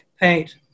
paint